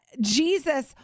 Jesus